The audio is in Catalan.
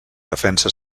defensa